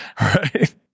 Right